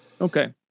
Okay